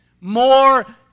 More